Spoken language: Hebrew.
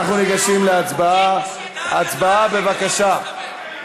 הצבעה, בבקשה.